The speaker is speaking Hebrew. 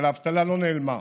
אבל האבטלה לא נעלמה.